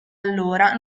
allora